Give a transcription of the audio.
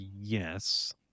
yes